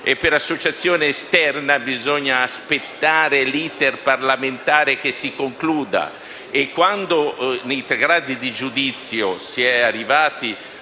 per l'associazione esterna, bisogna aspettare che l'*iter* parlamentare si concluda.